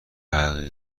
حقیقی